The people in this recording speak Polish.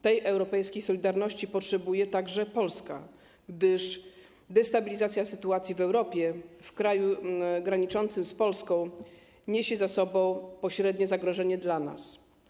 Tej europejskiej solidarności potrzebuje także Polska, gdyż destabilizacja sytuacji w Europie, w kraju graniczącym z Polską niesie za sobą pośrednie zagrożenie dla nas.